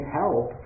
help